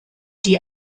die